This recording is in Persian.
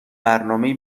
برنامهای